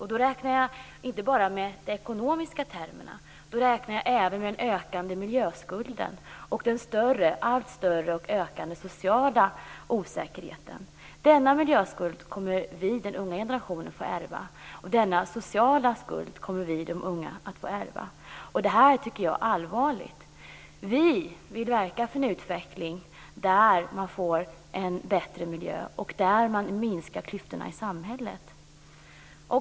Och då räknar jag inte bara med de ekonomiska termerna. Då räknar jag även med den ökande miljöskulden och den allt större och ökande sociala osäkerheten. Denna miljöskuld kommer vi, den unga generationen, att få ärva. Denna sociala skuld kommer vi, de unga, att få ärva. Det tycker jag är allvarligt. Vi vill verka för en utveckling där man får en bättre miljö och där man minskar klyftorna i samhället.